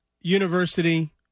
university